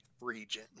region